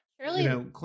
surely